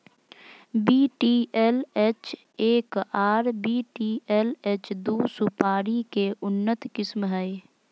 VTLH एक आर VTLH दू सुपारी के उन्नत किस्म हय